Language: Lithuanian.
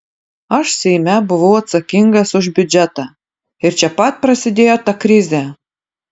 aš seime buvau atsakingas už biudžetą ir čia pat prasidėjo ta krizė